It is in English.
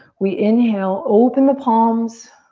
we inhale open the palms.